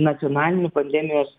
nacionaliniu pandemijos